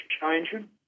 changing